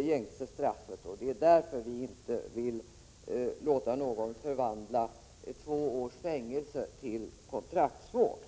gängse straffet. Det är därför vi inte vill låta någon förvandla två års fängelse till kontraktsvård.